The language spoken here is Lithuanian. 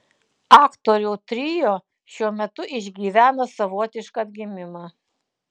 aktorių trio šiuo metu išgyvena savotišką atgimimą